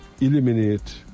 eliminate